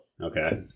Okay